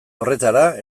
horretara